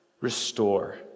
restore